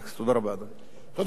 חבר הכנסת דב חנין.